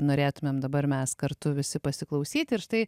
norėtumėm dabar mes kartu visi pasiklausyti ir štai